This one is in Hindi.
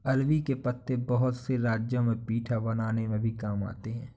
अरबी के पत्ते बहुत से राज्यों में पीठा बनाने में भी काम आते हैं